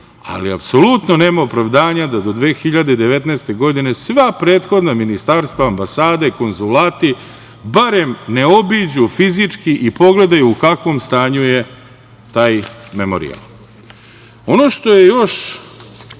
ali apsolutno nema opravdanja da do 2019. godine sva prethodna ministarstva, ambasade, konzulati, barem ne obiđu fizički i pogledaju u kakvom stanju je taj memorijal. Ono što je još